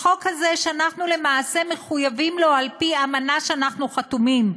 החוק הזה שאנחנו למעשה מחויבים לו על-פי אמנה שאנחנו חתומים עליה,